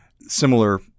similar